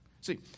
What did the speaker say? See